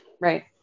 Right